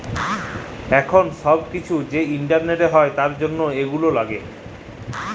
এখুল সব কিসু যে ইন্টারলেটে হ্যয় তার জনহ এগুলা লাগে